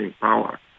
power